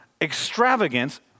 extravagance